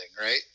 right